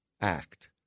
act